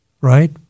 right